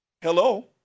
Hello